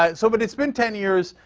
um so, but it's been ten years.